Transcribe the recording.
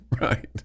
right